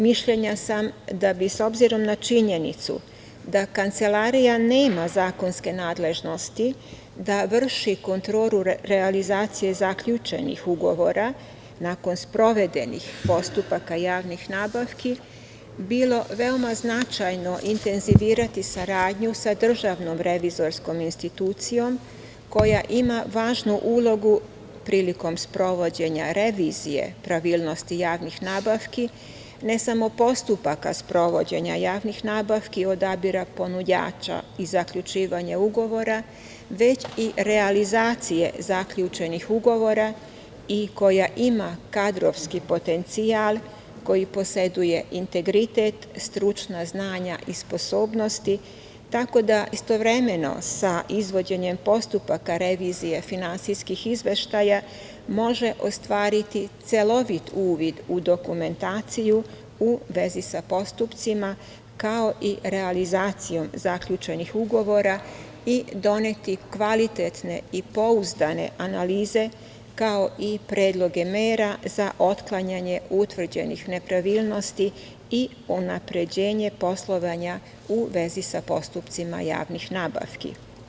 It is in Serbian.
Mišljenja sam da bi, s obzirom na činjenicu da Kancelarija nema zakonske nadležnosti da vrši kontrolu realizacije zaključenih ugovora nakon sprovedenih postupaka javnih nabavki, bilo veoma značajno intenzivirati saradnju sa DRI koja ima važnu ulogu priliko sprovođenja revizije pravilnosti javnih nabavki, ne samo postupaka sprovođenja javnih nabavki, odabira ponuđača i zaključivanja ugovora, već i realizacije zaključenih ugovora i koja ima kadrovski potencijal koji poseduje integritet, stručna znanja i sposobnosti, tako da istovremeno sa izvođenjem postupaka revizije finansijskih izveštaja može ostvariti celovit uvid u dokumentaciju u vezi sa postupcima, kao i realizacijom zaključenih ugovora i doneti kvalitetne i pouzdane analize, kao i predloge mera za otklanjanje utvrđenih nepravilnosti i unapređenje poslovanja u vezi sa postupcima javnih nabavki.